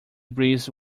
breeze